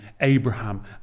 Abraham